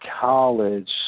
College